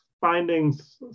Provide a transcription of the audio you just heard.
findings